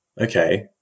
okay